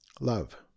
love